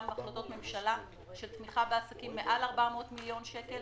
החלטות ממשלה של תמיכה בעסקים מעל 400 מיליון שקל.